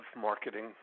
Marketing